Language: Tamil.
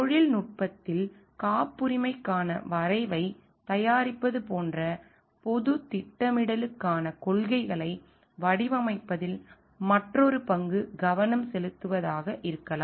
தொழில்நுட்பத்தில் காப்புரிமைக்கான வரைவைத் தயாரிப்பது போன்ற பொதுத் திட்டமிடலுக்கான கொள்கைகளை வடிவமைப்பதில் மற்றொரு பங்கு கவனம் செலுத்துவதாக இருக்கலாம்